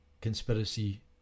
conspiracy